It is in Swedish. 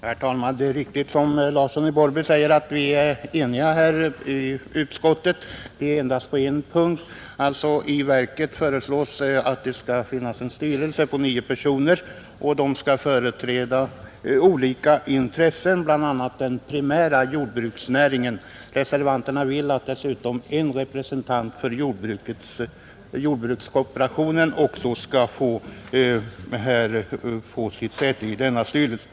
Herr talman! Det är riktigt som herr Larsson i Borrby säger att vi är eniga i utskottet utom på en punkt. Det föreslås att i verket skall finnas en styrelse på nio personer som skall företräda olika intressen bl.a. den primära jordbruksnäringen. Reservanterna vill att en representant för jordbrukskooperationen också skall ha säte i denna styrelse.